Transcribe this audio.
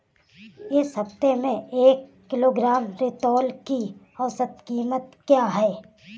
इस सप्ताह में एक किलोग्राम रतालू की औसत कीमत क्या है?